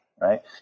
right